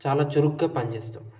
చాలా చురుకుగా పనిచేస్తాం